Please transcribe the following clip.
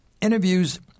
interviews